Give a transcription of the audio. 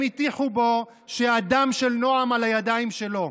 הם הטיחו בו שהדם של נעם על הידיים שלו,